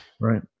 Right